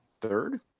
Third